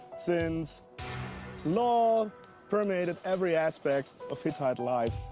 since law permeated every aspect of hittite life.